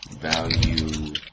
value